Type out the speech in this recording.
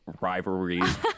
rivalries